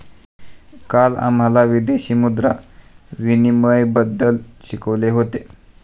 काल आम्हाला विदेशी मुद्रा विनिमयबद्दल शिकवले होते